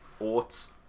Oats